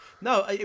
No